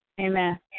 Amen